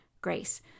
Grace